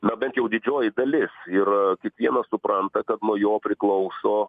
na bent jau didžioji dalis ir kiekvienas supranta kad nuo jo priklauso